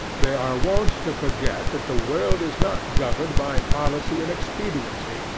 they are wont to forget that the world is not governed by policy and expediency.